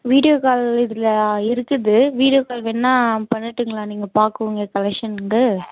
video call இதில் இருக்குது video call வேணால் பண்ணட்டுங்களா நீங்கள் பார்க்கணுங்கிற கலக்ஷன்ங்கு